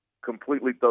completely